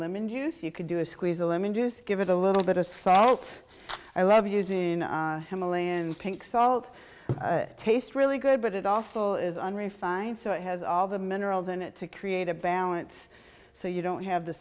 lemon juice you can do is squeeze the lemon juice give it a little bit of salt i love using himalayan pink salt taste really good but it also is unrefined so it has all the minerals in it to create a balance so you don't have the